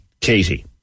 Katie